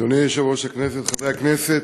אדוני יושב-ראש הכנסת, חברי הכנסת,